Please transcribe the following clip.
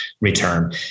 return